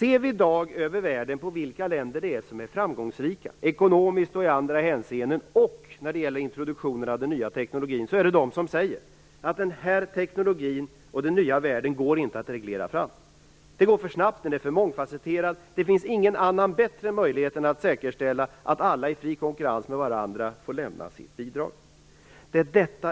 När vi i dag ser ut över världen på de länder som är framgångsrika, ekonomiskt och i andra hänseenden, inklusive i introduktionen av den nya teknologin, säger en del att den nya tekniken och den nya världen inte går att reglera fram. Det går för snabbt, och den är för mångfasetterad. Det finns ingen bättre möjlighet än att säkerställa att alla i fri konkurrens med varandra får lämna sitt bidrag.